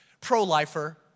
Pro-lifer